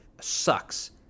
sucks